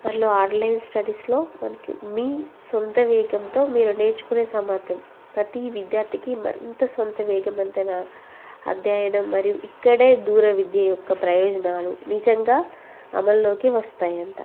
మరియు ఆన్లైన్ స్టడీస్లో మనకు మీ సొంత వేగంతో మీరు నేర్చుకునే సామర్థ్యం ప్రతి విద్యార్థికి మరింత సొంత వేగవంతంగా అధ్యయనం మరియు ఇక్కడే దూర విద్య యొక్క ప్రయోజనాలు నిజంగా అమలులో వస్తాయంట